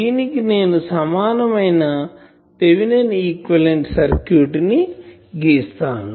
దీనికి నేను సమానం అయిన Thevenin equivalent Thevenin's equivalent circuit ని గీస్తాను